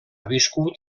viscut